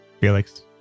Felix